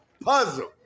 puzzle